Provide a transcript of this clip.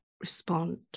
respond